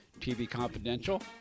tvconfidential